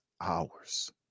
hours